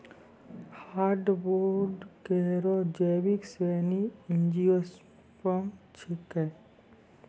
hardwood केरो जैविक श्रेणी एंजियोस्पर्म छिकै